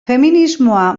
feminismoa